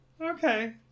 Okay